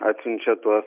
atsiunčia tuos